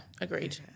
agreed